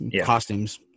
Costumes